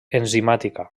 enzimàtica